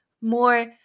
more